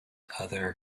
other